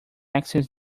access